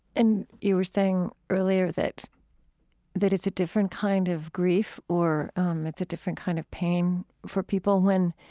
and you were saying earlier that that it's a different kind of grief or um it's a different kind of pain for people when